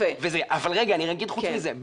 אבל רגע, אני אגיד חוץ מזה.